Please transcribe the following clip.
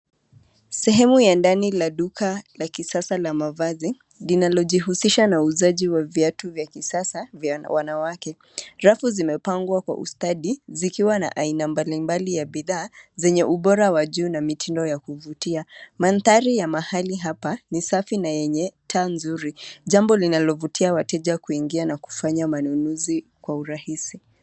Sehemu ya ndani la duka la kisasa la mavazi, linalojihusisha na uuzaji wa viatu vya kisasa vya wanawake, rafu zimepangwa kwa ustadi zikiwa na aina mbali mbali ya bidhaa, zenye ubora wa juu na mitindo ya kuvutia, mandhari ya mahali hapa ni safi na yenye taa nzuri, jambo linalovutia wateja kuingia na kufanya manunuzi, kwa urahisi.